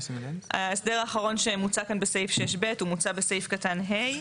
ההסדר האחרון שמוצע כן בסעיף 6(ב) הוא מוצע בסעיף קטן (ה),